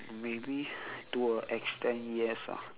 maybe to a extent yes ah